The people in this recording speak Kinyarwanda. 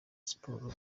siporo